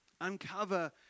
uncover